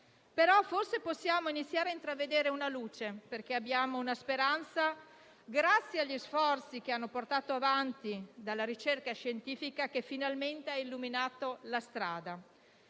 forse possiamo iniziare a intravedere una luce, perché abbiamo una speranza grazie agli sforzi portati avanti dalla ricerca scientifica, che finalmente ha illuminato la strada.